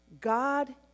God